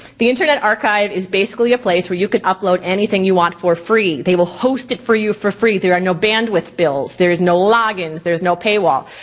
the internet archive is basically a place where you can upload anything you want for free. they will host it for you for free. there are no bandwidth bills, there's no log-ins, there's no pay wall.